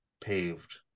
paved